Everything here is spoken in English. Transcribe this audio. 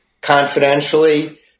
confidentially